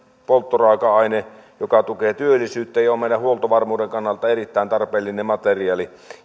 polttoraaka aine joka tukee työllisyyttä ja on meidän huoltovarmuuden kannalta erittäin tarpeellinen materiaali